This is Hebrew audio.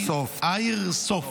איירסופט.